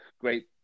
great